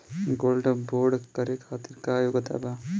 Gold bond करे खातिर का योग्यता बा?